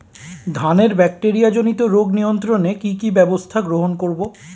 ধানের ব্যাকটেরিয়া জনিত রোগ নিয়ন্ত্রণে কি কি ব্যবস্থা গ্রহণ করব?